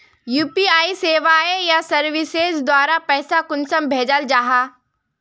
UPI सेवाएँ या services द्वारा पैसा कुंसम भेजाल जाहा?